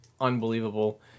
unbelievable